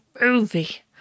movie